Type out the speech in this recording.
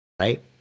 right